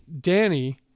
Danny